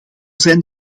zijn